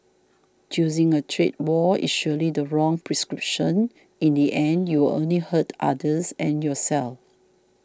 choosing a trade war is surely the wrong prescription in the end you will only hurt others and yourself